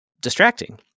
distracting